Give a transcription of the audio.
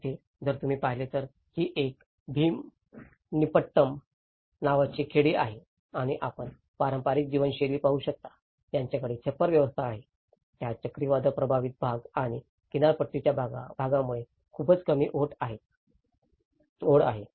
तेथे जर तुम्ही पाहिले तर ही काही भीमनिपट्टनम नावाची खेडी आहेत आणि आपण पारंपारिक जीवनशैली पाहू शकता त्यांच्याकडे छप्पर व्यवस्था आहे ज्यात चक्रीवादळ प्रभावित भागात आणि किनारपट्टीच्या भागामुळे खूपच कमी ओठ आहेत